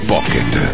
Pocket